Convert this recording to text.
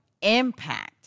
impact